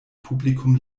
publikum